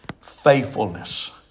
faithfulness